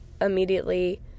immediately